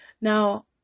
Now